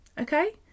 Okay